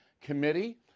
Committee